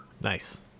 Nice